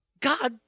God